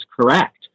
correct